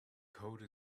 code